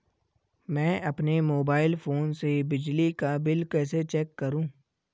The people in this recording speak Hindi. मैं अपने मोबाइल फोन से बिजली का बिल कैसे चेक करूं?